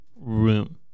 room